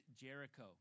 Jericho